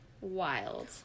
Wild